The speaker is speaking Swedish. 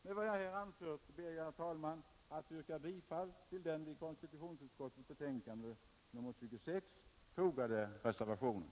Med vad jag här anfört ber jag, herr talman, att få yrka bifall till den vid konstitutionsutskottets betänkande nr 26 fogade reservationen.